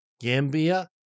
Gambia